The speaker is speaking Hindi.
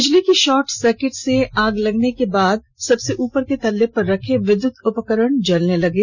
बिजली के शार्ट सर्किट से आग लगने के बाद सबसे ऊपर के तल्ले पर रखे विद्यत उपकरण जलने लगे